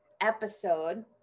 episode